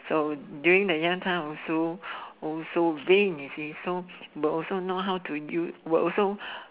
so during the young time I will also also bling you see so but also know how to use will also